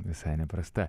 visai neprasta